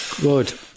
Good